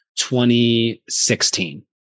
2016